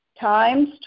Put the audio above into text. times